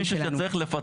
אם יש מישהו שצריך לפטר,